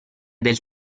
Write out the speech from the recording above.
del